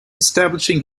establishing